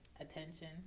attention